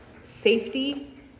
safety